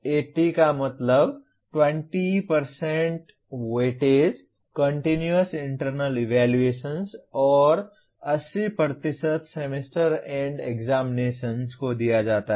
2080 का मतलब 20 weightage continuous internal evaluation और 80 सेमेस्टर एंड एग्जामिनेशन को दिया जाता है